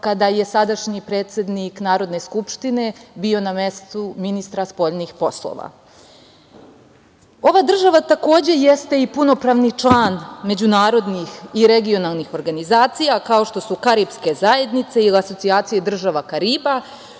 kada je sadašnji predsednik Narodne skupštine bio na mestu ministra spoljnih poslova. Ova država takođe jeste i punopravni član međunarodnih i regionalnih organizacija, kao što su Karipske zajednice ili Asocijacije država Kariba,